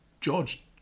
George